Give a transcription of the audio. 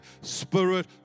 spirit